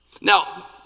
Now